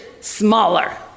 smaller